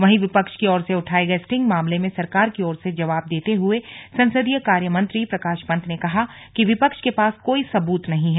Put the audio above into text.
वहीं विपक्ष की ओर से उठाए गए स्टिंग मामले में सरकार की ओर से जवाब देते हुए संसदीय कार्यमंत्री प्रकाश पंत ने कहा कि विपक्ष के पास कोई सबूत नहीं है